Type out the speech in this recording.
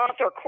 author